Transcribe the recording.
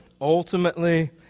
ultimately